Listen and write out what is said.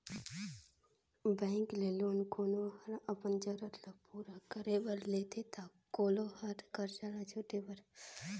bank ले loan कोनो हर अपन जरूरत ल पूरा करे बर लेथे ता कोलो हर करजा ल छुटे बर